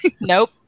Nope